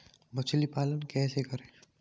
मछली पालन कैसे करें?